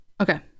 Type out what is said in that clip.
okay